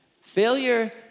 Failure